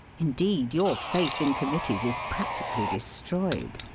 in deed, your faith in committees is practically de stroyed.